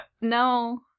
No